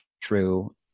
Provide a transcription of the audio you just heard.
true